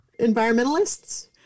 Environmentalists